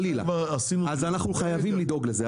ואנחנו חייבים לדאוג לזה.